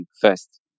first